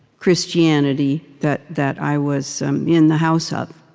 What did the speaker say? christianity that that i was in the house of.